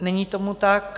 Není tomu tak.